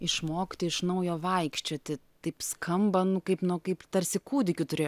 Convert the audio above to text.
išmokti iš naujo vaikščioti taip skamba kaip nu kaip tarsi kūdikiu turi